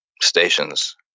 stations